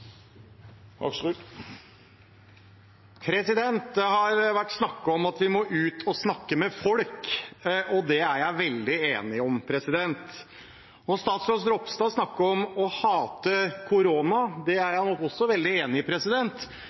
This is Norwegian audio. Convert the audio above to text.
Det har vært snakket om at vi må ut og snakke med folk, og det er jeg veldig enig i. Statsråd Ropstad snakker om å hate korona – det er jeg også veldig enig i.